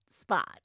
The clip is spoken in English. spot